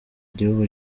igihugu